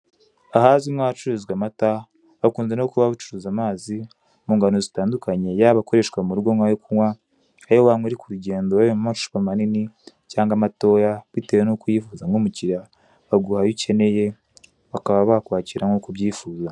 Ahanzwi nk'ahacururizwa amata bakunze no kuba bacuruza amazi mu ngano zitandukanye, yaba akoreshwa mu rugo nk'ayo kunywa, ayo wanywa uri kurugendo aba ari mu macupa manini cyangwa amatoya bitewe n'uko uyifuza nk'umukiriya baguha ayo ukeneye bitewe n'uko ubyifuza.